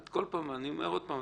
אני אומר עוד פעם,